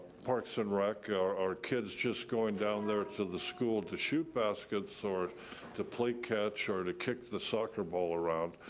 parks and rec, our our kids just going down there to the school to shoot baskets or to play catch or to kick the soccer ball around.